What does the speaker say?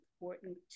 important